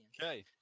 Okay